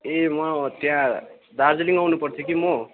ए म त्यहाँ दार्जिलिङ आउनु पर्थ्यो कि म